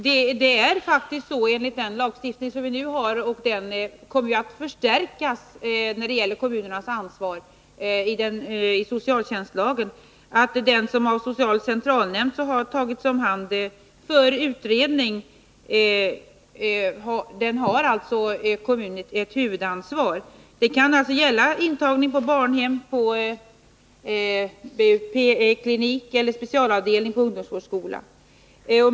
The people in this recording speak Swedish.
Herr talman! Det är faktiskt så, enligt den lagstiftning som vi nu har — och det kommer ju att bli en förstärkning i socialtjänstlagen när det gäller kommunernas ansvar — att för den som av social centralnämnd tagits om hand för utredning har kommunen ett huvudansvar. Det kan gälla intagning på barnhem, BUP-klinik eller specialavdelning vid ungdomsvårdsskola.